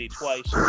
twice